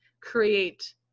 create